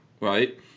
right